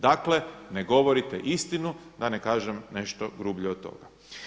Dakle, ne govorite istinu, da ne kažem nešto grublje od toga.